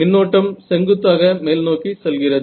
மின்னோட்டம் செங்குத்தாக மேல்நோக்கி செல்கிறது